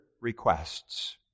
requests